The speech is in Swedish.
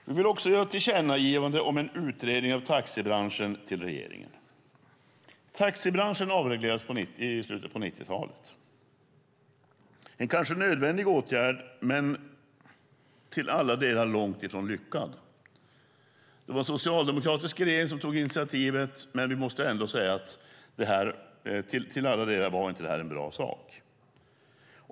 Vi vill också göra ett tillkännagivande till regeringen om att utreda taxibranschen. Taxibranschen avreglerades i slutet av 90-talet. Det var en kanske nödvändig men till alla delar långt ifrån lyckad åtgärd. Det var en socialdemokratisk regering som tog initiativet, men avregleringen var inte till alla delar bra.